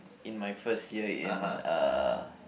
in my first year in uh